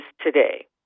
today